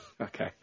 Okay